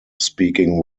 speaking